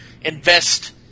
invest